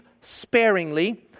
sparingly